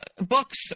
books